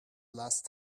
last